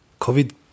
COVID